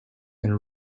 and